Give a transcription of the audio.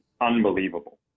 unbelievable